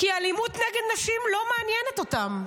כי אלימות נגד נשים לא מעניינת אותם.